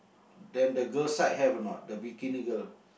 then that girl side have or not the bikini girl